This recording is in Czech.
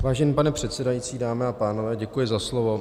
Vážený pane předsedající, dámy a pánové, děkuji za slovo.